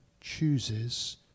chooses